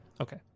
Okay